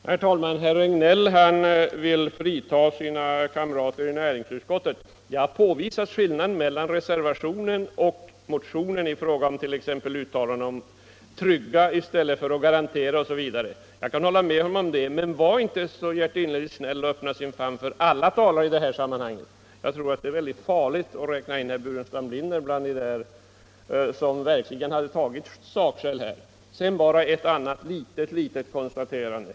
Herr talman! Herr Regnéll vill frita sina kamrater i näringsutskottet genom att påvisa skillnaden mellan uttalandena i reservationen och motionen, t.ex. i fråga om orden ”trygga” och ”garantera”. Jag kan hålla med om det, men var inte så hjärtinnerligt snäll och öppna famnen för alla talare i det här sammanhanget! Jag tror det är farligt att räkna in herr Burenstam Linder bland dem som verkligen accepterat sakskäl. Sedan bara ett litet konstaterande.